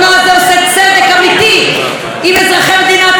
אזרחי מדינת ישראל ועם החברה הישראלית.